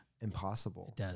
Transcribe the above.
impossible